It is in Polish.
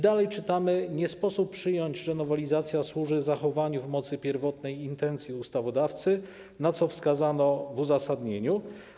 Dalej czytamy: Nie sposób przyjąć, że nowelizacja służy zachowaniu w mocy pierwotnej intencji ustawodawcy, na co wskazano w uzasadnieniu.